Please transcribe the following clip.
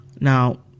Now